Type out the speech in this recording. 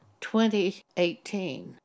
2018